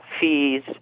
fees